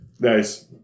Nice